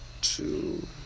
Two